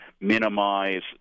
minimize